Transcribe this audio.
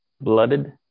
blooded